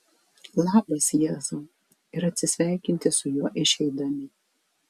labas jėzau ir atsisveikinti su juo išeidami